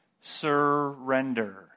Surrender